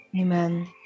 Amen